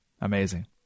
Amazing